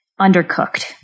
undercooked